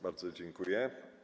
Bardzo dziękuję.